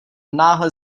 náhle